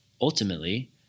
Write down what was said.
ultimately